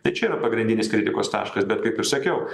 tai čia yra pagrindinis kritikos taškas bet kaip ir sakiau